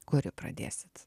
kuri pradėsit